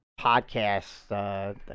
podcast